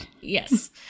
Yes